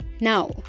Now